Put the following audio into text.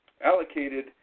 allocated